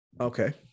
Okay